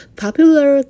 popular